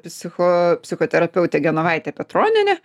psicho psichoterapeutė genovaitė petronienė